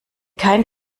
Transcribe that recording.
kein